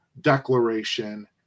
declaration